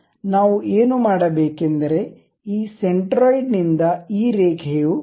ಆದ್ದರಿಂದ ನಾವು ಏನು ಮಾಡಬೇಕೆಂದರೆ ಈ ಸೆಂಟ್ರಾಯ್ಡ್ನಿಂದ ಈ ರೇಖೆಯು 0